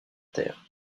terre